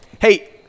Hey –